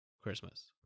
Christmas